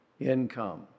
income